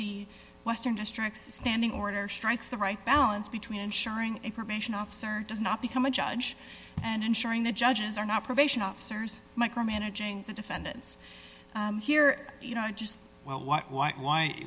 the western district standing order strikes the right balance between ensuring a probation officer does not become a judge and ensuring the judges are not probation officers micro managing the defendants here you know just well what what why